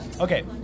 okay